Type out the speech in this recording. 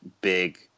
big